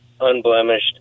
unblemished